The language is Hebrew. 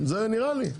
זה, נראה לי.